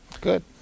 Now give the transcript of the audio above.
Good